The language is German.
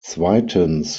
zweitens